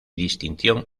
distinción